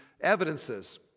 evidences